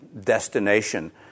destination